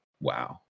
Wow